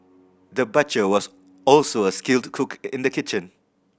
the butcher was also a skilled cook in the kitchen